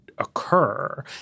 occur